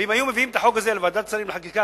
ואם היו מביאים את החוק הזה לוועדת שרים לחקיקה,